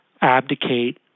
abdicate